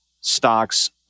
stocks